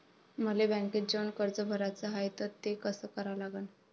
मले बँकेत जाऊन कर्ज भराच हाय त ते कस करा लागन?